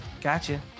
Gotcha